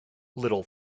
little